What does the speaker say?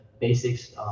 basics